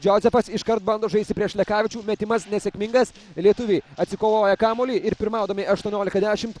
džozefas iškart bando žaisti prieš lekavičių metimas nesėkmingas lietuviai atsikovoja kamuolį ir pirmaudami aštuoniolika dešimt